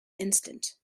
instant